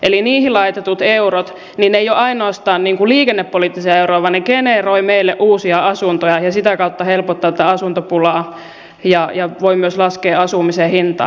eli niihin laitetut eurot eivät ole ainoastaan liikennepoliittisia euroja vaan ne generoivat meille uusia asuntoja ja sitä kautta helpottavat tätä asuntopulaa ja voivat myös laskea asumisen hintaa